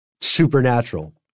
supernatural